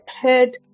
head